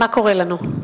מה קורה לנו.